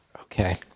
Okay